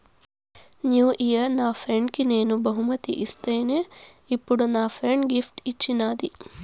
new year నా ఫ్రెండ్కి నేను బహుమతి ఇస్తిని, ఇప్పుడు నా ఫ్రెండ్ గిఫ్ట్ ఇచ్చిన్నాది